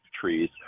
trees